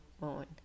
moon